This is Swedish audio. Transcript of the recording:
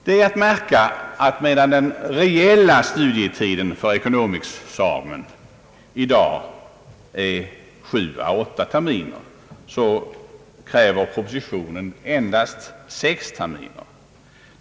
Det är att märka att medan den reella studietiden för ekonomexamen i dag är sju å åtta terminer, så kräver propositionen endast sex terminer.